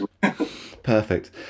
Perfect